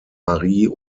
marie